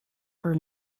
her